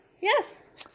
Yes